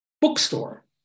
bookstore